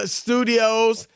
studios